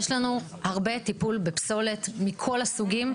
יש לנו הרבה טיפול בפסולת מכל הסוגים,